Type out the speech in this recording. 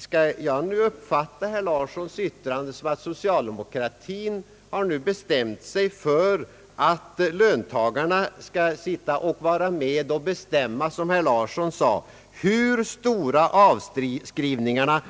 Skall jag uppfatta herr Larssons yttrande så att socialdemokratin nu bestämt sig för att löntagarna bör sitta med och bestämma — som herr Larsson sade — hur stora avskrivningarna